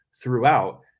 throughout